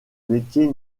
métier